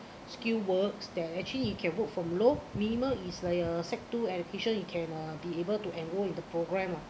skill works that actually you can work from low minimum is like a sec two education you can be able to enroll in the program ah